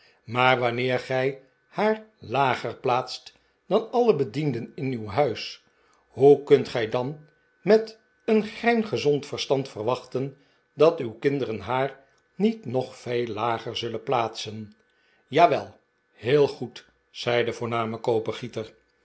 maar wanneer gij haar lager plaatst dan alle bedienden in uw huis hoe kunt gij dan met een grein gezond verstand verwachten dat uw kinderen haar niet nog veel lager zullen plaatsen jawel heel goed zei de voorname